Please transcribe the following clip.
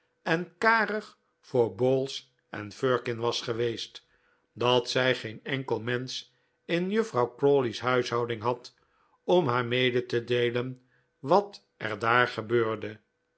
en karig voor bowls en firkin was geweest dat zij geen enkel mensch in juffrouw crawley's huishouding had om haar mede te deelen wat er daar gebeurde